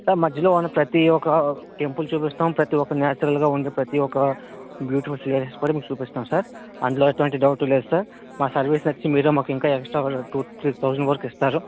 sir మధ్యలో ఒక ప్రతి ఒక టెంపుల్ చూపిస్తాం ప్రతి ఒక్క న్యాచురల్గా ఉండే ప్రతి ఒక్క బ్యూటిఫుల్ సీనరీస్ కూడా మీకు చూపిస్తాము సార్ అందులో ఎటువంటి డౌట్ లేదు సార్ మా సర్వీస్ నచ్చి మీరే మాకు ఇంకా ఎక్స్ట్రా టూ త్రీ థౌసండ్ వరకు ఇస్తారు